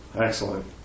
Excellent